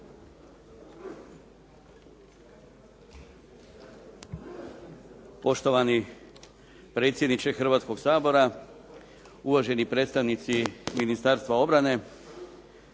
Poštovani predsjedniče Hrvatskog sabora, uvaženi predstavnici Ministarstva obrane.